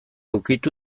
ukitu